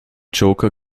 joker